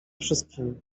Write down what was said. wszystkimi